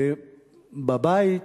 ובבית,